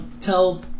tell